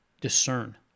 discern